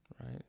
Right